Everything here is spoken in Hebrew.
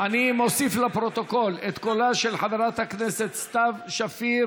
מוסיף לפרוטוקול את קולן של חברת הכנסת סתיו שפיר